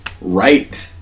right